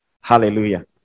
Hallelujah